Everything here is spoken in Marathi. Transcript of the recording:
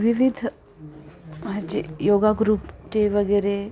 विविध म्हणजे योग ग्रूपचे वगैरे